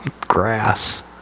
Grass